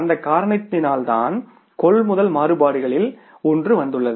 அந்த காரணத்தினால்தான் கொள்முதல் மாறுபாடுகளில் ஒன்று வந்துள்ளது